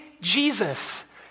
Jesus